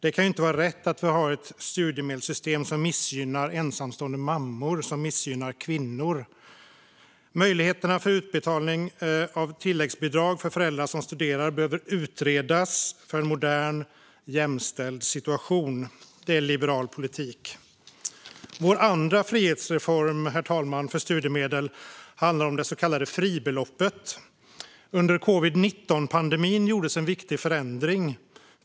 Det kan inte vara rätt att vi har ett studiemedelssystem som missgynnar ensamstående mammor och kvinnor. Möjligheterna till utbetalning av tilläggsbidrag för föräldrar som studerar behöver utredas för en modern, jämställd situation. Det är liberal politik. Vår andra frihetsreform för studiemedel handlar om det så kallade fribeloppet. Under covid-19-pandemin gjordes en viktig förändring.